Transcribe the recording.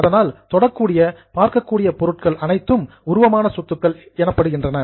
அதனால் தொடக்கூடிய பார்க்கக்கூடிய பொருட்கள் அனைத்தும் உருவமான சொத்துக்கள் எனப்படுகின்றன